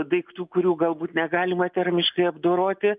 daiktų kurių galbūt negalima termiškai apdoroti